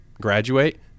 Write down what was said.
graduate